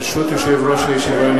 ברשות יושב-ראש הישיבה,